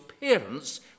parents